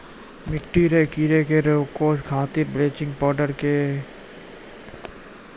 मिट्टी रो कीड़े के रोकै खातीर बिलेचिंग पाउडर रो भी उपयोग करलो जाय छै